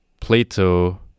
plato